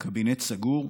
קבינט סגור,